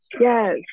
yes